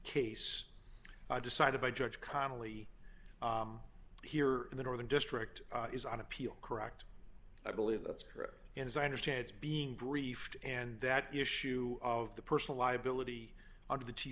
case i decided by judge connally here in the northern district is on appeal correct i believe that's correct and as i understand it's being briefed and that issue of the personal liability of the t